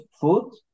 food